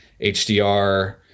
HDR